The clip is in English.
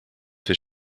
his